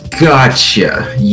Gotcha